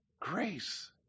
Grace